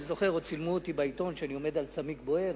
אני זוכר שצילמו אותי בעיתון כשאני עומד על צמיג בוער,